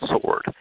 sword